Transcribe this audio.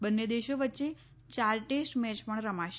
બંને દેશો વચ્ચે ચાર ટેસ્ટ મેચ પણ રમાશે